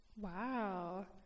Wow